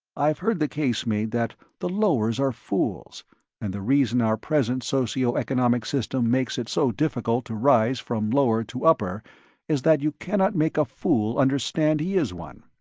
i've heard the case made that the lowers are fools and the reason our present socio-economic system makes it so difficult to rise from lower to upper is that you cannot make a fool understand he is one.